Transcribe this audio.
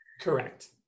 Correct